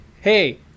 hey